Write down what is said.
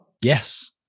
Yes